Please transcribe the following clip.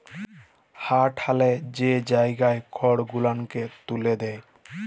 হাঁ ঠ্যালে যে জায়গায় খড় গুলালকে ত্যুলে দেয়